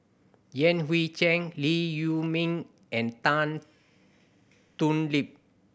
Yan Hui Chang Lee Huei Min and Tan Thoon Lip